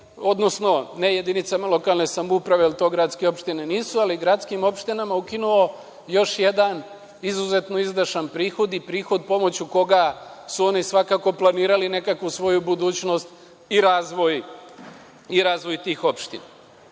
ukinuo, ne jedinicama lokalne samouprave, jer to gradske opštine nisu, ali gradskim opštinama je ukinuo još jedan izuzetno izdašan prihod i prihod pomoću koga su oni svakako planirali svoju budućnost i razvoj tih opština. Vi